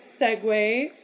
segue